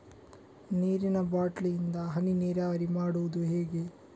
ನೀರಿನಾ ಬಾಟ್ಲಿ ಇಂದ ಹನಿ ನೀರಾವರಿ ಮಾಡುದು ಹೇಗೆ?